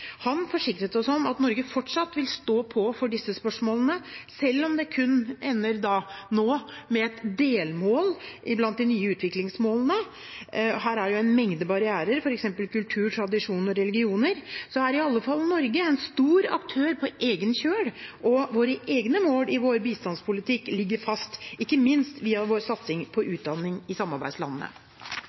Han forsikret oss om at Norge fortsatt vil stå på for disse spørsmålene. Selv om det da nå kun ender med et delmål blant de nye utviklingsmålene – her er en mengde barrierer, f.eks. kultur, tradisjon og religioner – er iallfall Norge en stor aktør på egen kjøl, og våre egne mål i vår bistandspolitikk ligger fast, ikke minst via vår satsing på utdanning i samarbeidslandene.